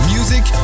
Music